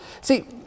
See